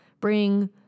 Bring